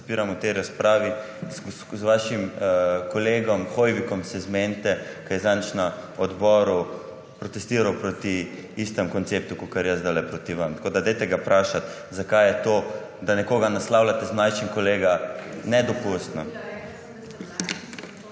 Z vašim kolegom Hoivikom se zmenite, ki je zadnjič na odboru protestiral proti istemu konceptu kakor jaz zdajle proti vam. Dajte ga vprašati, zakaj je to, da nekoga naslavljate z mlajšim kolega, nedopustno.